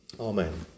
Amen